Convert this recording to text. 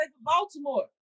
Baltimore